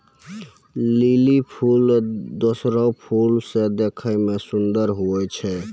lily फूल दोसरो फूल से देखै मे सुन्दर हुवै छै